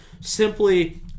simply